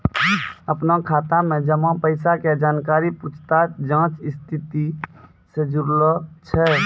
अपनो खाता मे जमा पैसा के जानकारी पूछताछ जांच स्थिति से जुड़लो छै